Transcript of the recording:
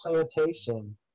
plantation